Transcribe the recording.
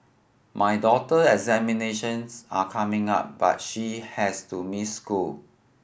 my daughter examinations are coming up but she has to miss school